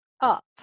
up